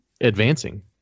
advancing